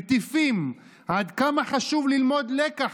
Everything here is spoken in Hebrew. מטיפים עד כמה חשוב ללמוד לקח